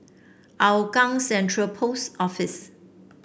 Hougang Central Post Office